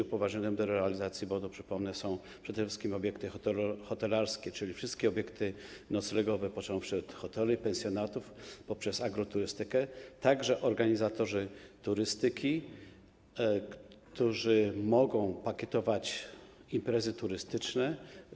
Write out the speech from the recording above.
Upoważnionymi do realizacji bonu, przypomnę, są przede wszystkim obiekty hotelarskie, czyli wszystkie obiekty noclegowe, począwszy od hoteli, pensjonatów, poprzez agroturystykę, także organizatorzy turystyki, który mogą pakietować imprezy turystyczne.